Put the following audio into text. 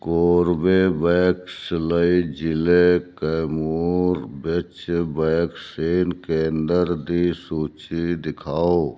Corbevax ਲਈ ਜ਼ਿਲ੍ਹੇ ਕੈਮੂਰ ਵਿੱਚ ਵੈਕਸੀਨ ਕੇਂਦਰ ਦੀ ਸੂਚੀ ਦਿਖਾਓ